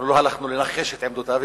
אנחנו לא הלכנו לנחש את עמדותיו,